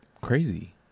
crazy